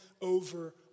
over